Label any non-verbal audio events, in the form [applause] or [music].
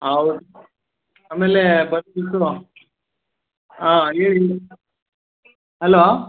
ಹೌದ್ ಆಮೇಲೆ [unintelligible] ಹಾಂ ಹೇಳಿ ಹಲೋ